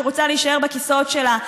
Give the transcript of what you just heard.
שרוצה להישאר בכיסאות שלה,